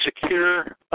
secure